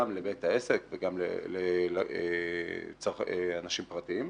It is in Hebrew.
גם לבית העסק וגם לאנשים פרטיים,